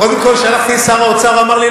קודם כול כשהלכתי לשר האוצר הוא אמר לי,